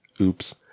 Oops